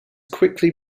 quickly